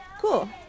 cool